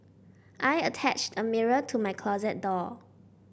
I attached a mirror to my closet door